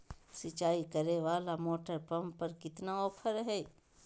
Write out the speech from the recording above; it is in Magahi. सिंचाई करे वाला मोटर पंप पर कितना ऑफर हाय?